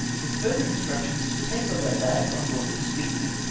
with further instructions to take the letter-bag on board the speedy,